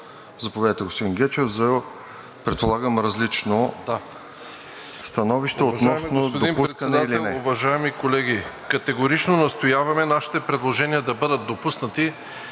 Заповядайте, господин Гечев, предполагам за различно становище относно допускане или не.